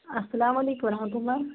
السلامُ علیکُم وَرحمتُہ اللہ